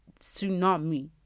tsunami